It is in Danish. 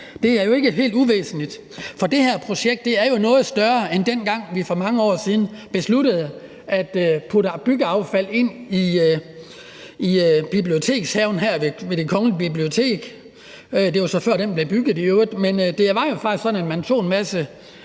Det er jo ikke helt uvæsentligt. For det her projekt er jo noget større, end dengang vi for mange år siden besluttede at putte byggeaffald ind i Bibliotekshaven her ved Det Kongelige Bibliotek. Det var så før, den blev bygget i